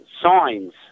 signs